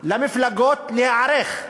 למפלגות להיערך.